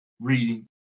reading